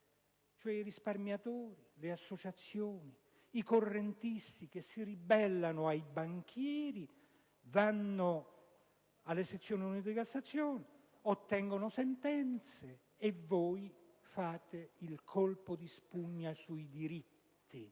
2010. I risparmiatori, le associazioni, i correntisti che si ribellano ai banchieri vanno alle Sezioni unite di Cassazione, ottengono sentenze, e voi fate il colpo di spugna sui diritti.